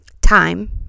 Time